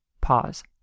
pause